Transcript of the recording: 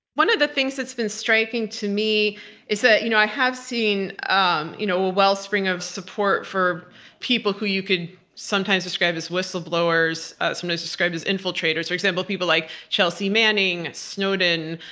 one of the things that's been striking to me is that you know i have seen um you know a wellspring of support for people who you can sometimes describe as whistleblowers, sometimes describe as infiltrators, for example, people like chelsea manning, snowden,